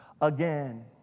again